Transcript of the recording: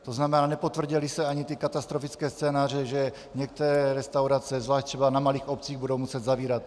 To znamená, nepotvrdily se ani ty katastrofické scénáře, že některé restaurace, zvlášť třeba na malých obcích, budou muset zavírat.